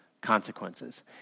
consequences